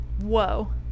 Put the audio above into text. Whoa